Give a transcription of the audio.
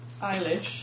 Eilish